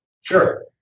Sure